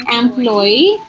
employee